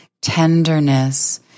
Tenderness